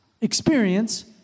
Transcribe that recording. experience